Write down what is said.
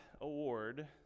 award